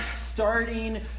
starting